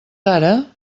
ara